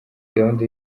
gahunda